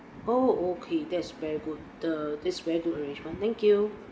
oh okay that's very good the this very good arrangement thank you